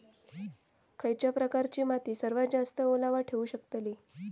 खयच्या प्रकारची माती सर्वात जास्त ओलावा ठेवू शकतली?